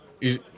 Is-